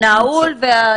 נעול?